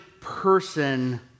person